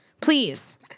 please